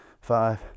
five